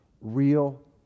real